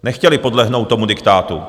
Nechtěli podlehnout tomu diktátu.